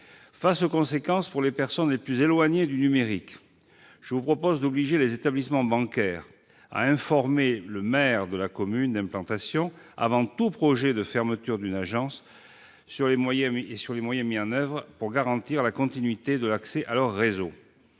cette évolution pour les personnes les plus éloignées du numérique, je vous propose d'obliger les établissements bancaires à informer le maire de la commune d'implantation avant tout projet de fermeture d'une agence, quant aux moyens mis en oeuvre pour garantir la continuité de l'accès à leur réseau.